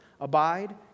abide